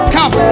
Come